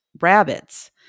rabbits